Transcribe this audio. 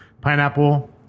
pineapple